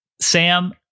Sam